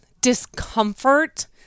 discomfort